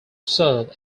serve